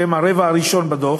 שהן הרבע הראשון בדוח,